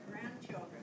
Grandchildren